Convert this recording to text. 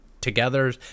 together